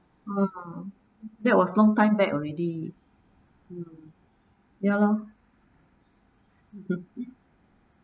that was long time back already mm ya lor